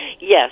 Yes